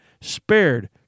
spared